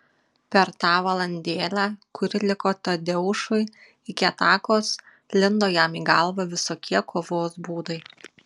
per tą valandėlę kuri liko tadeušui iki atakos lindo jam į galvą visokie kovos būdai